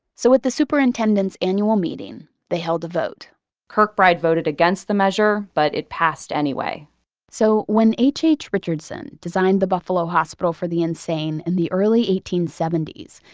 so at the superintendent's annual meeting, they held the vote kirkbride voted against the measure, but it passed anyway so when h h. richardson designed the buffalo hospital for the insane in and the early eighteen seventy s,